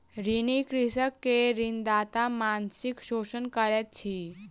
ऋणी कृषक के ऋणदाता मानसिक शोषण करैत अछि